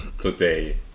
today